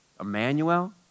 Emmanuel